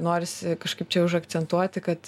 norisi kažkaip čia užakcentuoti kad